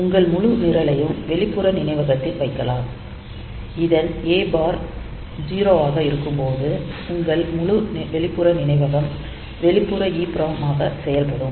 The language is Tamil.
உங்கள் முழு நிரலையும் வெளிப்புற நினைவகத்தில் வைக்கலாம் இதனால் A பார் 0 ஆக இருக்கும்போது உங்கள் முழு வெளிப்புற நினைவகம் வெளிப்புற EPROM ஆக செயல்படும்